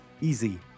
easy